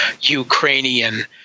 Ukrainian